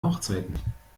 hochzeiten